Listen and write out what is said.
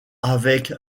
avec